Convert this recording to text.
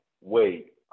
wait